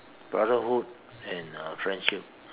the brotherhood and uh friendship